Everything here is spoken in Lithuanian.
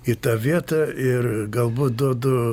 į tą vietą ir galbūt duodu